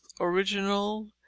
original